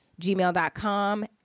gmail.com